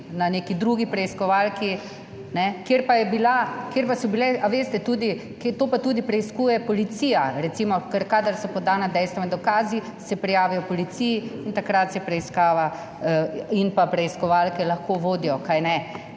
na neki drugi preiskovalki, kjer pa so bile, a veste, to pa tudi preiskuje policija, recimo, ker kadar so podana dejstva in dokazi, se prijavijo policiji in takrat se preiskava in preiskovalke lahko vodijo. Medtem